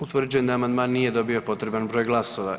Utvrđujem da amandman nije dobio potreban broj glasova.